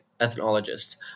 Ethnologist